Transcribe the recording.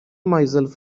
myself